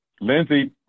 Lindsey